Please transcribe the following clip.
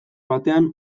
batean